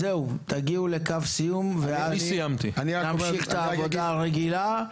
תגיעו לקו הסיום, ונמשיך בעבודה הרגילה.